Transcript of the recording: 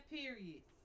periods